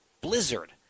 blizzard